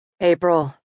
April